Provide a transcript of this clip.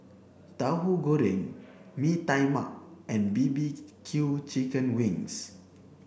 Tauhu Goreng Mee Tai Mak and B B Q chicken wings